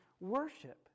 worship